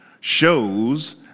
shows